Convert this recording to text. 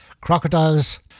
crocodiles